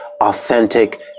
authentic